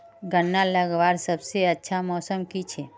गन्ना लगवार सबसे अच्छा मौसम की छे?